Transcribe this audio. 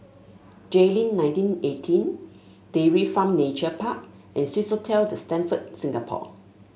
Jayleen Nineteen Eighteen Dairy Farm Nature Park and Swissotel The Stamford Singapore